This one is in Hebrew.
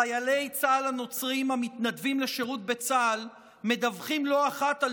חיילי צה"ל הנוצרים המתנדבים לשירות בצה"ל מדווחים לא אחת על